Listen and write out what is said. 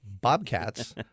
bobcats